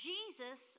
Jesus